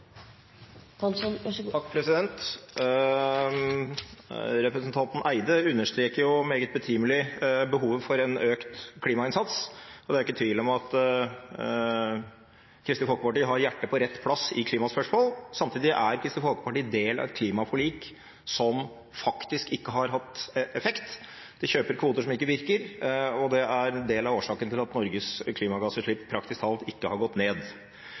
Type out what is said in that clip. Representanten Andersen Eide understreker, meget betimelig, behovet for en økt klimainnsats, og det er jo ikke tvil om at Kristelig Folkeparti har hjertet på rett plass i klimaspørsmål. Samtidig er Kristelig Folkeparti del av et klimaforlik som faktisk ikke har hatt effekt – vi kjøper kvoter som ikke virker, og det er en del av årsaken til at Norges klimagassutslipp praktisk talt ikke har gått ned.